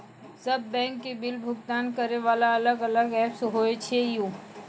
सब बैंक के बिल भुगतान करे वाला अलग अलग ऐप्स होय छै यो?